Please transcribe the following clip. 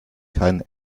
kein